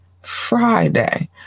Friday